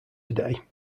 today